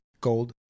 Gold